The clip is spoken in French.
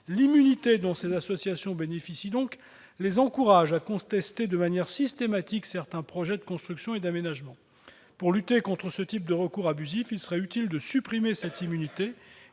L'immunité dont ces associations bénéficient les encourage à contester de manière systématique certains projets de construction et d'aménagement. Afin de lutter contre ce type de recours abusifs, il serait utile de supprimer cette immunité,